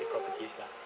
flip properties lah